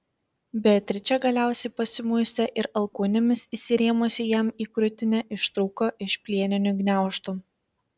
beatričė galiausiai pasimuistė ir alkūnėmis įsirėmusi jam į krūtinę ištrūko iš plieninių gniaužtų